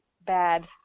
bad